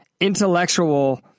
intellectual